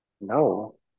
No